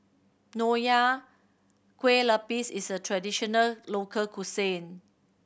Nonya Kueh Lapis is a traditional local cuisine